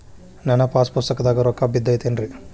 ನನ್ನ ಪಾಸ್ ಪುಸ್ತಕದಾಗ ರೊಕ್ಕ ಬಿದ್ದೈತೇನ್ರಿ?